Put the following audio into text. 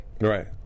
Right